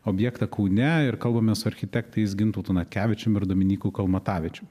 objektą kaune ir kalbamės su architektais gintautu natkevičium ir dominyku kalmatavičium